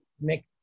make